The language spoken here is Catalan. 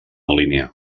línia